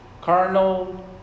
Carnal